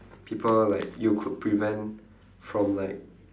people like you could prevent from like